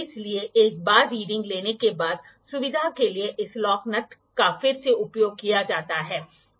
इसलिए एक बार रीडिंग लेने के बाद सुविधा के लिए इस लॉक नट का फिर से उपयोग किया जाता है